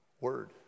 word